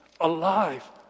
alive